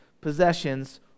possessions